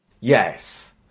Yes